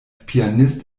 pianist